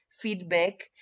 feedback